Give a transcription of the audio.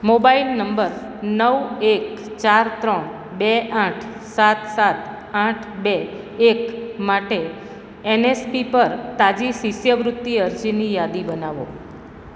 mobile number નવ એક ચાર ત્રણ બે આઠ સાત સાત આઠ બે એક માટે એનએસપી પર તાજી શિષ્યવૃત્તિ અરજીની યાદી બનાવો